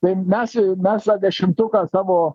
tai mes jau mes tą dešimtuką savo